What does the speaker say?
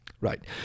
right